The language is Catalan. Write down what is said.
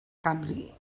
canvi